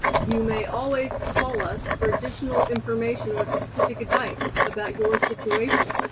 you may always call us for additional information or specific advice about your situation.